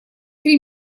три